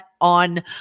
on